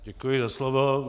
Děkuji za slovo.